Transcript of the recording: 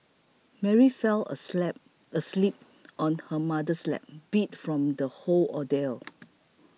Mary fell asleep asleep on her mother's lap beat from the whole ordeal